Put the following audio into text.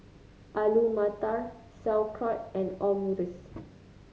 Alu Matar Sauerkraut and Omurice